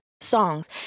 songs